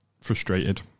frustrated